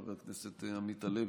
חבר הכנסת עמית הלוי,